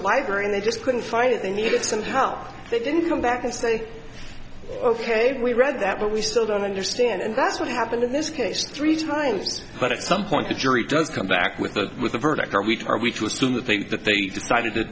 library and they just couldn't find it they needed some help they didn't come back and say ok we read that but we still don't understand and that's what happened in this case three times but at some point the jury does come back with the with the verdict are we are we to assume that they that they decided that